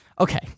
Okay